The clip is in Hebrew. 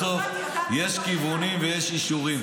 -- אצלכם בסוף יש כיוונים ויש אישורים,